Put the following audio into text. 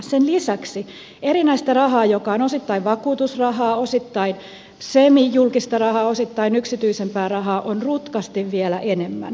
sen lisäksi erinäistä rahaa joka on osittain vakuutusrahaa osittain semijulkista rahaa osittain yksityisempää rahaa on rutkasti vielä enemmän